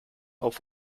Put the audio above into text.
auf